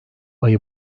ayı